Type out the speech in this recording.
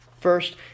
First